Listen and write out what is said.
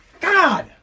God